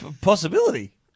Possibility